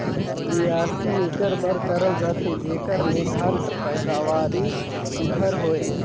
बियासी एकर बर करल जाथे जेकर ले धान कर पएदावारी सुग्घर होए